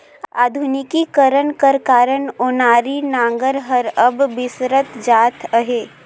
आधुनिकीकरन कर कारन ओनारी नांगर हर अब बिसरत जात अहे